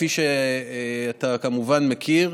כפי שאתה כמובן יודע,